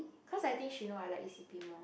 cause I think she know I like e_c_p more